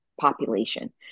population